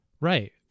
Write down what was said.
Right